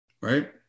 Right